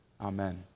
Amen